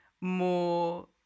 more